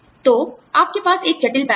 तो आपके पास एक जटिल पैकेज है